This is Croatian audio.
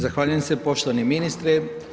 Zahvaljujem se poštovani ministre.